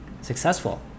successful